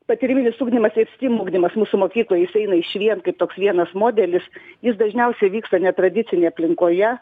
patyriminis ugdymas ir stym ugdymas mūsų mokykloj jis eina išvien kaip toks vienas modelis jis dažniausia vyksta netradicinėj aplinkoje